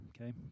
Okay